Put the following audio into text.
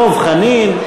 דב חנין,